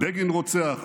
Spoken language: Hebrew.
"בגין רוצח",